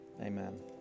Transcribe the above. Amen